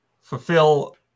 fulfill